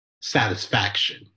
satisfaction